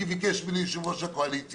כי ביקש ממני יושב-ראש הקואליציה,